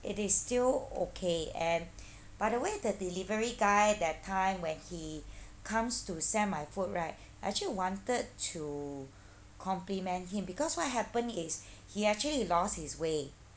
it is still okay and by the way the delivery guy that time when he comes to send my food right I actually wanted to compliment him because what happened is he actually lost his way